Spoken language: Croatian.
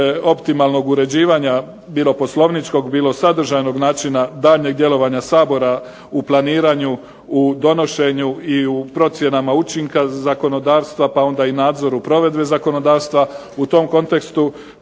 optimalnog uređivanja bilo poslovničkog, bilo sadržajnog načina daljnjeg djelovanja Sabora u planiranju, u donošenju i u procjenama učinka zakonodavstva pa onda i nadzoru provedbe zakonodavstva u tom kontekstu